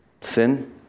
Sin